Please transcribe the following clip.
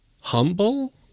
humble